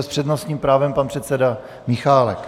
S přednostním právem pan předseda Michálek.